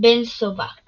בן סובק